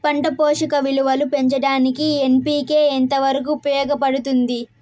పంట పోషక విలువలు పెంచడానికి ఎన్.పి.కె ఎంత వరకు ఉపయోగపడుతుంది